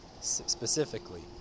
specifically